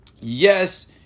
yes